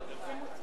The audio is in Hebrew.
ההצעה